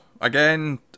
Again